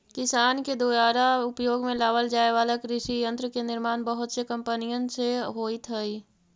किसान के दुयारा उपयोग में लावल जाए वाला कृषि यन्त्र के निर्माण बहुत से कम्पनिय से होइत हई